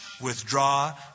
withdraw